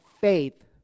faith